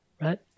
right